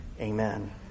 Amen